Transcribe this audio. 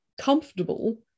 comfortable